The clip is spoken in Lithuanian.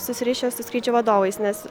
susirišę su skrydžių vadovais nes